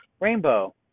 Rainbow